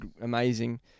amazing